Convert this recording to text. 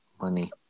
Money